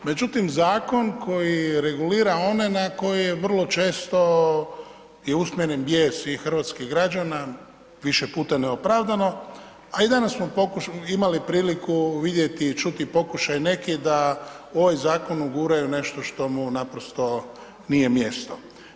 Međutim, zakon koji regulira one na koje je vrlo često i usmjeren bijes i hrvatskih građana, više puta neopravdano, a i danas smo imali priliku vidjeti i čuti pokušaj nekih da u ovaj zakon uguraju nešto što mu naprosto nije mjesto.